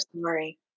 sorry